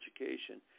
education